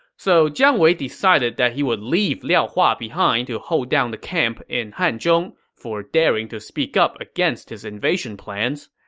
so jiang wei decided he would leave liao hua behind to hold down the camp in hanzhong for daring to speak up against his invasion plans.